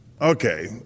Okay